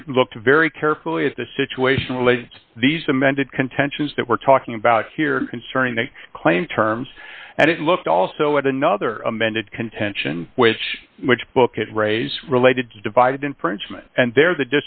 it looked very carefully at the situation later these amended contentions that we're talking about here concerning a claim terms and it looked also at another amended contention which which book at ray's related to divided infringement and there the